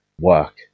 work